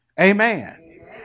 Amen